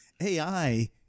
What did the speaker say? AI